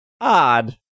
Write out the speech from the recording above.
odd